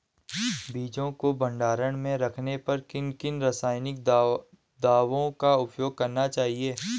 बीजों को भंडारण में रखने पर किन किन रासायनिक दावों का उपयोग करना चाहिए?